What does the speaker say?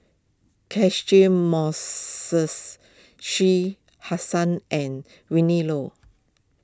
Catchick Moses Hussain and Willin Low